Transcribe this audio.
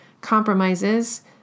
compromises